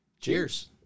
cheers